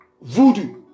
voodoo